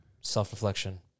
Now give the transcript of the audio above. self-reflection